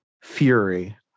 Fury